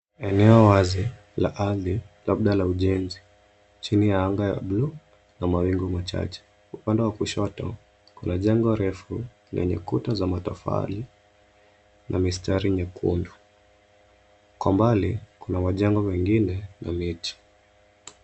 Eneo wazi la ardhi labda la ujenzi chini ya anga ya buluu na mawingu machache upande wa kushoto kuna jengo refu lenye kuta za matofali na mistari nyekundu kwa umbali kuna majengo mengine na miti.